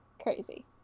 Crazy